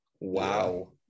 wow